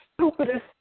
stupidest